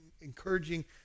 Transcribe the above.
encouraging